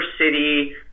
city